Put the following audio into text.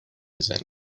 میزنی